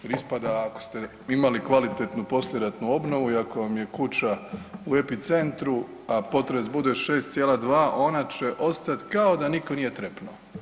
Jer ispada ako ste imali kvalitetnu poslijeratnu obnovu i ako vam je kuća u epicentru a potres bude 6,2, ona će ostati kao da nitko nije trepnuo.